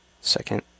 second